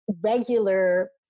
regular